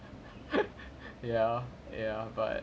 ya ya but